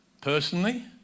Personally